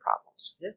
problems